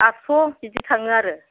आटस' बिदि थाङो आरो